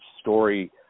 story